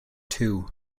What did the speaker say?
two